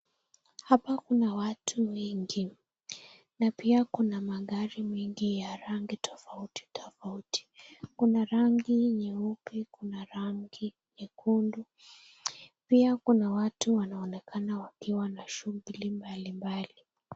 Hapa kuna watu wengi, na pia kuna magari mingi za rangi tofauti tofauti. Kuna rangi nyeupe, kuna rangi nyekundu, pia kuna watu wanaonekana wakiwa na shughuli mbalimbali.